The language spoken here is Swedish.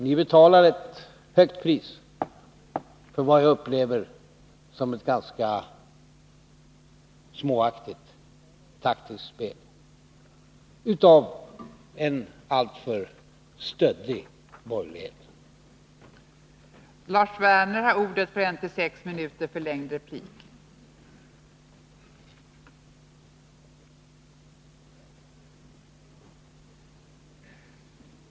Ni betalar ett högt pris för vad jag upplever som ett ganska småaktigt taktiskt spel av en alltför stöddig borgerlighet.